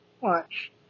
watch